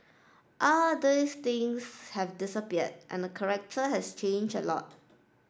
all those things have disappeared and the collector has changed a lot